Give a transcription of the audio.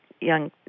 young